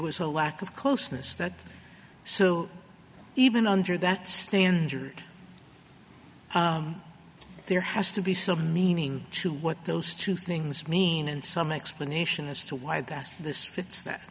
was a lack of closeness that so even under that standard there has to be some meaning to what those two things mean and some explanation as to why that's this it's that